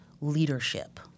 leadership